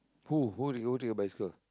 who who took take your bicycle